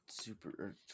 Super